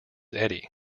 eddie